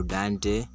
Dante